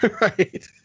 Right